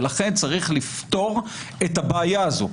לכן צריך לפתור את הבעיה הזאת.